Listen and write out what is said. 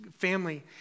family